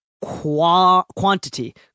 quantity